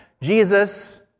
Jesus